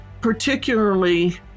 particularly